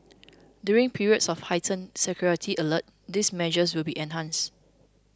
during periods of heightened security alert these measures will be enhanced